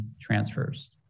transfers